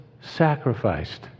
sacrificed